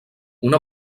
una